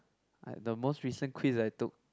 had the most recent quiz I took